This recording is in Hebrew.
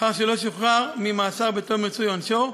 לאחר שלא שוחרר ממאסר בתום ריצוי עונשו.